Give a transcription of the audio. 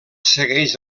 segueix